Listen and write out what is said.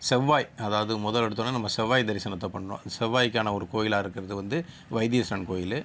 செவ்வாய் அதாவது மொதல் எடுத்தவுடனே நம்ம செவ்வாய் தரிசனத்தை பண்ணோம் செவ்வாய்க்கான ஒரு கோவிலா இருக்கிறது வந்து வைத்தீஸ்வரன் கோவிலு